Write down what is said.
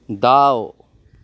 दाउ